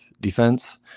defense